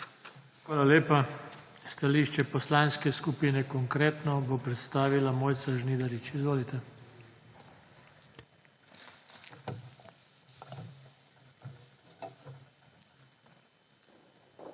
Hvala lepa. Stališče Poslanske skupine Konkretno bo predstavila Mojca Žnidarič. Izvolite.